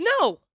No